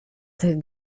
tych